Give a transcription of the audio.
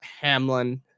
Hamlin